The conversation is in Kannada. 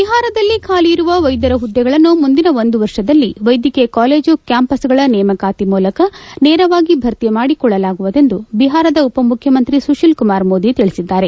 ಬಿಹಾರದಲ್ಲಿ ಖಾಲಿ ಇರುವ ವೈದ್ಯರ ಹುದ್ದೆಗಳನ್ನು ಮುಂದಿನ ಒಂದು ವರ್ಷದಲ್ಲಿ ವೈದ್ಯಕೀಯ ಕಾಲೇಜು ಕ್ಯಾಂಪಸ್ಗಳ ನೇಮಕಾತಿ ಮೂಲಕ ನೇರವಾಗಿ ಭರ್ತಿಮಾಡಿಕೊಳ್ಳಲಾಗುವುದು ಎಂದು ಬಿಹಾರದ ಉಪ ಮುಖ್ಯಮಂತ್ರಿ ಸುಶೀಲ್ ಕುಮಾರ್ ಮೋದಿ ತಿಳಿಸಿದ್ದಾರೆ